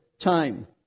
time